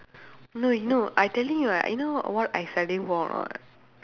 no you know I telling you right you know what I studying for or not